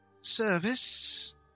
service